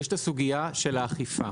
יש הסוגיה של האכיפה,